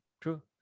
true